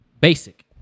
basic